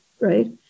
Right